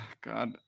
god